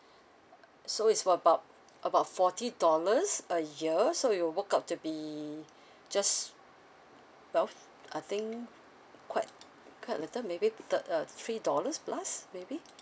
so is for about about forty dollars a year so it will work out to be just well f~ I think quite quite little maybe third uh three dollars plus maybe